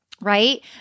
right